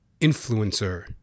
influencer